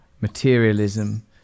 materialism